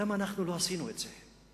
למה אנחנו לא עשינו את זה?